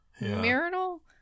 marital